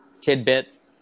tidbits